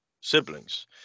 siblings